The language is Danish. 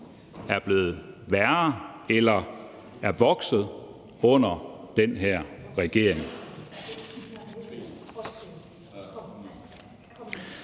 er blevet værre eller er vokset under den her regering.